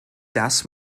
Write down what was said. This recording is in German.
das